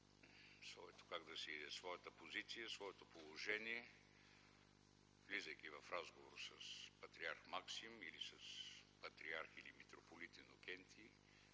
да обяви своята позиция, своето положение, влизайки в разговор с Патриарх Максим или с патриарх или митрополит Инокентий,